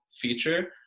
feature